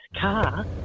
car